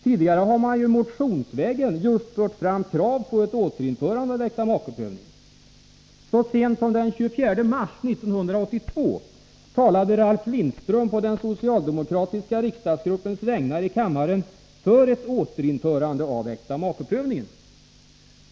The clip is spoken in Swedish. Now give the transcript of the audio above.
Tidigare har man ju motionsvägen just fört fram krav på ett återinförande av äktamakeprövningen. Så sent som den 24 mars 1982 talade Ralf Lindström på den socialdemokratiska riksdagsgruppens vägnar i kammaren för ett återinförande av äktamakeprövningen.